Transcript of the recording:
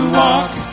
walk